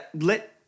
let